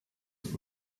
that